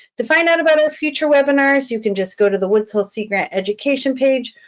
to find out about our future webinars, you can just go to the woods hole sea grant education page,